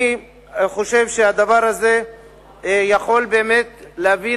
אני חושב שהדבר הזה יכול באמת להביא